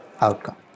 outcome